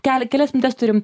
kelią kelias minutes turim